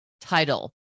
title